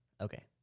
okay